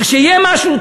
שיהיה משהו,